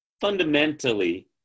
fundamentally